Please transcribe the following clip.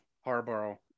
Harborough